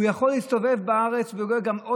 הוא יכול להסתובב בארץ גם,